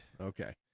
Okay